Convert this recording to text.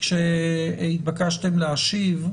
כשהתבקשתם להשיב.